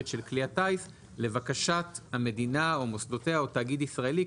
של כלי הטיס לבקשת המדינה או מוסדותיה או תאגיד ישראלי,